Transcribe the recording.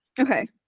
Okay